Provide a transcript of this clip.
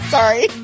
Sorry